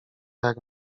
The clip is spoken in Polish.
jak